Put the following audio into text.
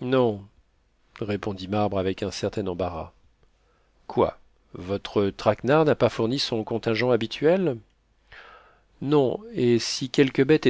non répondit marbre avec un certain embarras quoi votre traquenard n'a pas fourni son contingent habituel non et si quelque bête